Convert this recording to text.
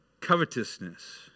covetousness